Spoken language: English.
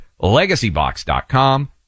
LegacyBox.com